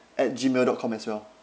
at gmail dot com as well